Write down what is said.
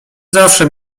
zawsze